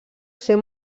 ser